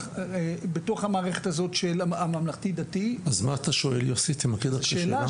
אז מה אתה שואל יוסי, תמקד את השאלה?